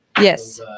Yes